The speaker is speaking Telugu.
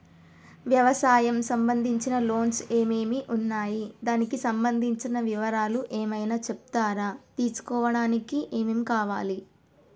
వ్యవసాయం సంబంధించిన లోన్స్ ఏమేమి ఉన్నాయి దానికి సంబంధించిన వివరాలు ఏమైనా చెప్తారా తీసుకోవడానికి ఏమేం కావాలి?